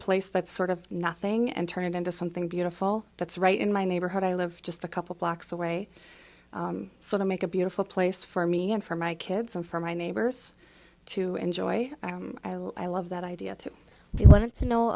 place that's sort of nothing and turn it into something beautiful that's right in my neighborhood i live just a couple blocks away so they make a beautiful place for me and for my kids and for my neighbors to enjoy i love that idea to you want to know